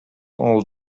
all